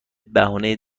بهونه